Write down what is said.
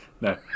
No